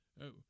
Oh